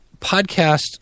podcast